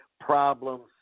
problems